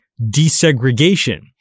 desegregation